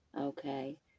Okay